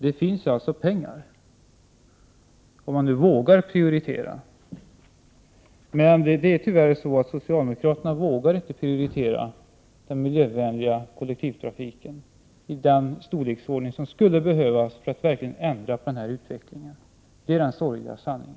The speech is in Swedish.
Det finns alltså pengar — om man nu vågar prioritera! Men socialdemokraterna vågar inte prioritera den miljövänliga kollektivtrafiken i den storleksordning som skulle behövas för att verkligen ändra utvecklingen. Det är den sorgliga sanningen.